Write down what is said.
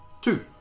Two